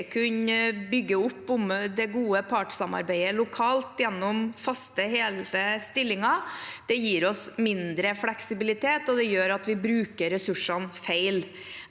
kunne bygge opp om det gode partssamarbeidet lokalt gjennom faste, hele stillinger, gir oss mindre fleksibilitet, og det gjør at vi bruker ressursene feil.